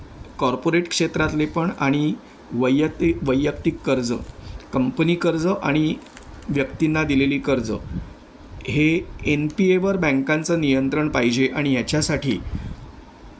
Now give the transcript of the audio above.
corporate क्षेत्रातले पण आणि वैयक्तिक वैयक्तिक कर्ज कंपनी कर्ज आणि व्यक्तींना दिलेली कर्ज हे एन पी एवर बँकांचं नियंत्रण पाहिजे आणि याच्यासाठी